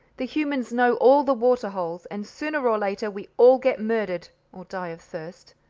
the humans know all the water-holes, and sooner or later we all get murdered, or die of thirst.